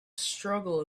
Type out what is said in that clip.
struggle